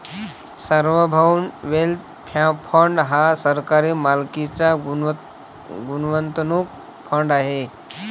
सार्वभौम wealth fund हा सरकारी मालकीचा गुंतवणूक फंड आहे